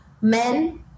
men